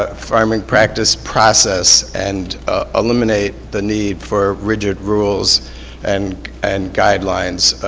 ah farming practice process and eliminate the need for rigid rules and and guidelines.